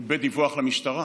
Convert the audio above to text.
בדיווח למשטרה.